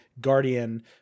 guardian